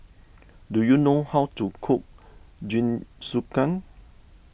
do you know how to cook Jingisukan